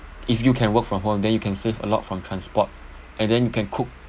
if you can work from home then you can save a lot from transport and then you can cook